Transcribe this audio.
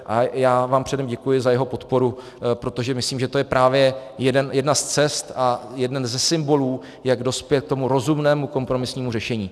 A já vám předem děkuji za jeho podporu, protože myslím, že to je právě jedna z cest a jeden ze symbolů, jak dospět k rozumnému kompromisnímu řešení.